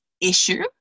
issue